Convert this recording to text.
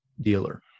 dealer